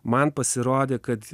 man pasirodė kad